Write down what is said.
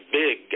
big